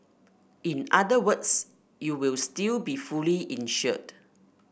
in other words you will still be fully insured